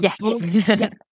Yes